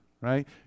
right